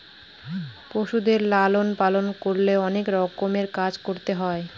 পশুদের লালন পালন করলে অনেক রকমের কাজ করতে হয়